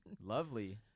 lovely